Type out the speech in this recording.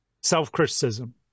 self-criticism